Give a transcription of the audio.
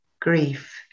grief